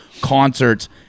concerts